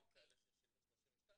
היו כאלה ששילמו 32,